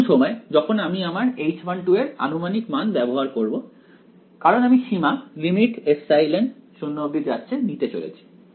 এখন সময় যখন আমি আমার H1 এর আনুমানিক মান ব্যবহার করব কারণ আমি সীমা নিতে চলেছি